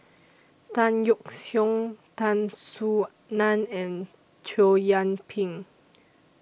Tan Yeok Seong Tan Soo NAN and Chow Yian Ping